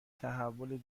تحول